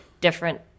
different